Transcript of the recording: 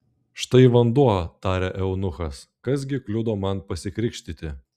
štai vanduo tarė eunuchas kas gi kliudo man pasikrikštyti